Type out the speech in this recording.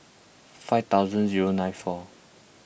five thousand zero nine four